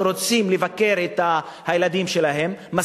שרוצים לבקר את הילדים שלהם.